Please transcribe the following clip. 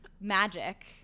magic